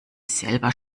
selber